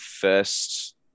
first